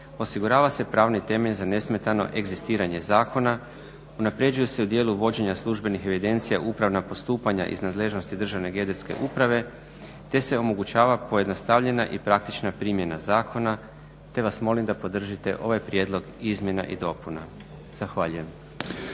osigurava se pravni temelj za nesmetano egzistiranje zakona, unaprjeđuje se u dijelu vođenja službenih evidencija upravna postupanja iz nadležnosti Državne geodetske uprave te se omogućava pojednostavljena i praktična primjena zakona te vas molim da podržite ovaj prijedlog izmjena i dopuna. Zahvaljujem.